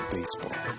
Baseball